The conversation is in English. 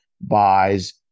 buys